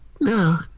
no